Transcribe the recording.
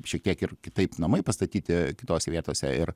šiek tiek ir kitaip namai pastatyti kitose vietose ir